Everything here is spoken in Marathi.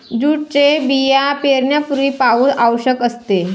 जूटचे बिया पेरण्यापूर्वी पाऊस आवश्यक असते